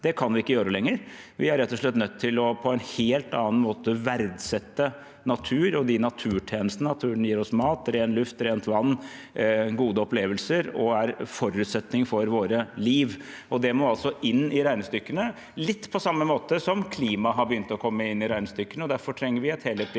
Det kan vi ikke gjøre lenger. Vi er rett og slett nødt til på en helt annen måte å verdsette natur og naturtjenestene: at naturen gir oss mat, ren luft, rent vann og gode opplevelser, og at den er forutsetningen for vårt liv. Det må inn i regnestykkene, litt på samme måte som klima har begynt å komme inn i regnestykkene (presidenten klubber), og